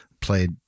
played